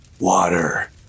water